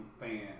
fan